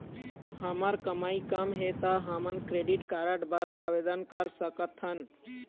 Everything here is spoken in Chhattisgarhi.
हमर कमाई कम हे ता हमन क्रेडिट कारड बर आवेदन कर सकथन?